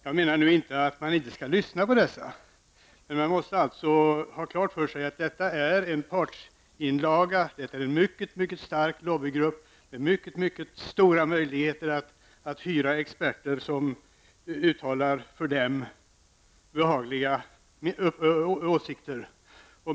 Jag menar inte att man inte skall lyssna på dessa industriers representanter, men man måste ha klart för sig att det är en partsinlaga vi gör. Det är en mycket stark lobbygrupp med mycket stora möjligheter att hyra experter som uttalar för dessa industrier behagliga åsikter.